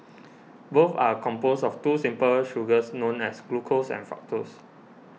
both are composed of two simple sugars known as glucose and fructose